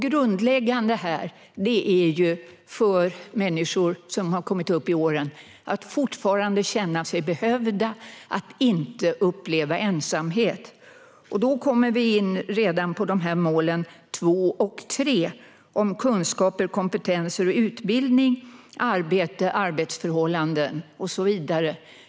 Grundläggande för människor som har kommit upp i åren är att fortfarande känna sig behövda och inte uppleva ensamhet. Då kommer vi in på det andra och det tredje målet om kunskaper, kompetens och utbildning, arbete, arbetsförhållanden och så vidare.